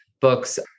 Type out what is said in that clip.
books